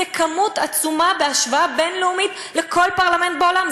זו כמות עצומה בהשוואה בין-לאומית לכל פרלמנט בעולם.